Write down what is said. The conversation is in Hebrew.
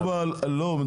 פה מדובר על --- שנייה,